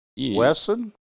Wesson